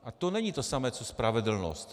A to není to samé co spravedlnost.